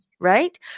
Right